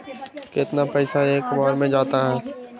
कितना पैसा एक बार में जाता है?